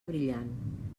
brillant